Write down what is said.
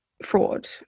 fraud